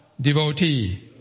Devotee